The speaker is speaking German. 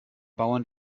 bauern